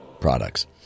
products